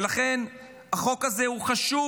ולכן, החוק הזה הוא חשוב,